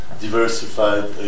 diversified